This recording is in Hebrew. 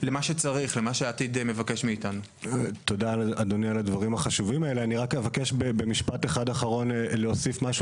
יש לקחת בחשבון בהצעת החוק שמהלך כזה דורש גם זמן היערכות.